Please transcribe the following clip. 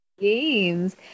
games